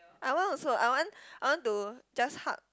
I want also I want I want to just hug